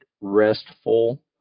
restful